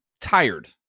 tired